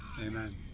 Amen